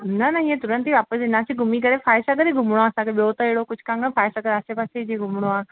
न न इअं तुरंत ई वापसि वेंदासि घुमी करे फाइ सागर ई घुमिणो आहे ॿियो त अहिड़ो कुझु कान फाइ सागर ते आसे पासे जो घुमिणो आहे